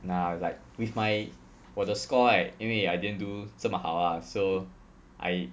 nah like with my 我的 score right 因为 I didn't do 这么好 ah so I